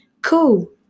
Cool